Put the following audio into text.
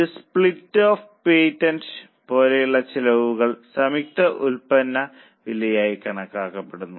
ഒരു split off point വരെയുള്ള ചെലവുകൾ സംയുക്ത ഉൽപ്പന്ന വിലയായി കണക്കാക്കുന്നു